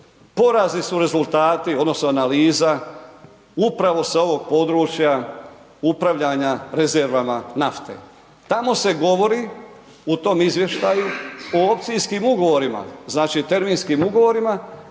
porazni su rezultati odnosno analiza upravo sa ovog područja upravljanja rezervama nafte. Tamo se govori u tom izvještaju o opcijskim ugovorima, znači terminskim ugovorima